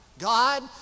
God